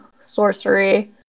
sorcery